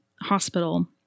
hospital